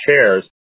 chairs